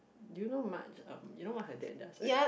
do you know Marg um you know what her dad does right